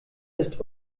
ist